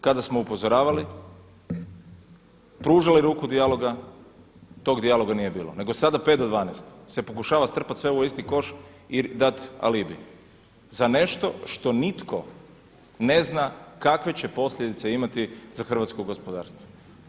Kada smo upozoravali, pružali ruku dijaloga, tog dijaloga nije bilo nego sada pet do dvanaest se pokušava strpati sve u isti koš i dati alibi za nešto što nitko ne zna kakve će posljedice imati za hrvatsko gospodarstvo.